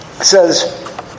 says